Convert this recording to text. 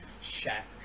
shack